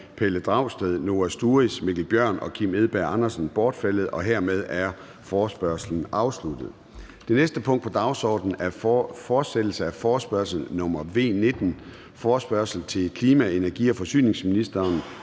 Pelle Dragsted (EL), Noah Sturis (ALT), Mikkel Bjørn (DF) og Kim Edberg Andersen (NB) bortfaldet. Hermed er forespørgslen afsluttet. --- Det næste punkt på dagsordenen er: 3) Fortsættelse af forespørgsel nr. F 19 [afstemning]: Forespørgsel til klima-, energi- og forsyningsministeren